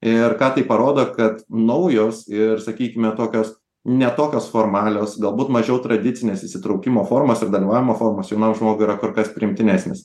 ir ką tai parodo kad naujos ir sakykime tokios ne tokios formalios galbūt mažiau tradicinės įsitraukimo formos ir dalyvavimo formos jaunam žmogui yra kur kas priimtinesnis